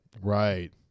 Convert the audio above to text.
Right